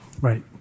Right